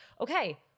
okay